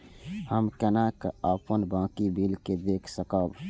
हम केना अपन बाकी बिल के देख सकब?